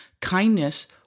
kindness